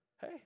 Hey